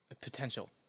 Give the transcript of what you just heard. potential